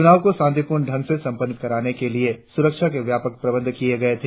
चुनाव को शांतिपूर्ण ढंग से संपन्न कराने के लिए सुरक्षा के व्यापक प्रबंध किये गये हैं